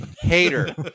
Hater